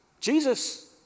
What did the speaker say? Jesus